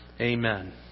Amen